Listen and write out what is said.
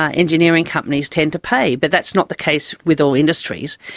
ah engineering companies tend to pay. but that's not the case with all industries,